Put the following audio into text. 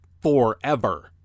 forever